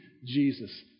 Jesus